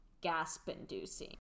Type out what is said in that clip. Gasp-inducing